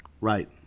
Right